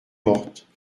morte